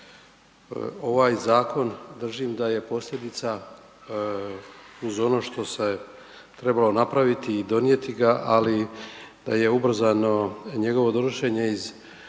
Ovaj zakon držim da je posljedica uz ono što se trebalo napraviti i donijeti ga, ali je ubrzano njegovo donošenje iz